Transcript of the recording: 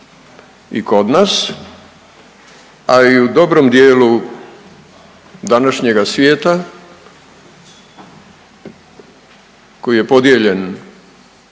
i kod nas, a i u dobrom dijelu današnjega svijeta koji je podijeljen